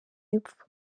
y’epfo